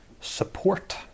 support